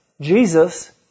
Jesus